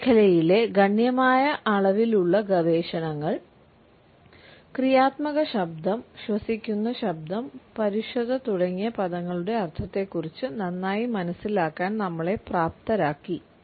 ഈ മേഖലയിലെ ഗണ്യമായ അളവിലുള്ള ഗവേഷണങ്ങൾ ക്രിയാത്മക ശബ്ദം ശ്വസിക്കുന്ന ശബ്ദം പരുഷത തുടങ്ങിയ പദങ്ങളുടെ അർത്ഥത്തെക്കുറിച്ച് നന്നായി മനസ്സിലാക്കാൻ നമ്മളെ പ്രാപ്തരാക്കി